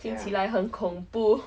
听起来很恐怖